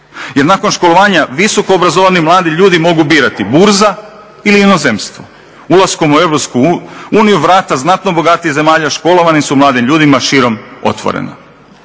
jer nakon školovanja visoko obrazovani mladi ljudi mogu birati burza ili inozemstvo. Ulaskom u EU vrata znatno bogatijih zemalja školovanim su mladim ljudima širom otvorena.